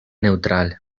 neutral